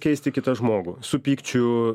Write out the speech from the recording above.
keisti kitą žmogų su pykčiu